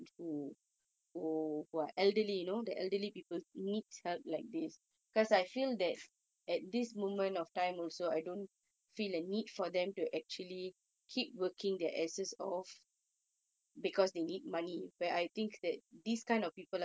right